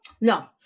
No